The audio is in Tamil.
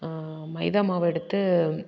மைதா மாவு எடுத்து